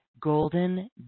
golden